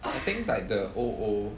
I think like the old old